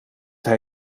hij